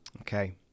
Okay